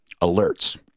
alerts